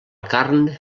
carn